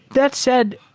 that said,